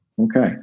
Okay